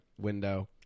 window